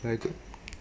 ya you could